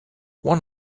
one